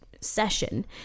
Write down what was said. session